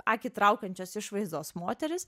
akį traukančios išvaizdos moteris